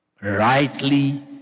rightly